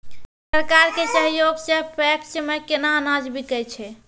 सरकार के सहयोग सऽ पैक्स मे केना अनाज बिकै छै?